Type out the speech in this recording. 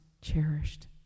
cherished